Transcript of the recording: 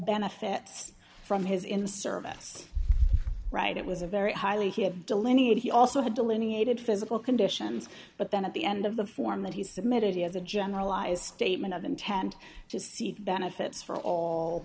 benefits from his in service right it was a very highly he had delineated he also had delineated physical conditions but then at the end of the form that he submitted he has a generalized statement of intent to see benefits